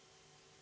Hvala.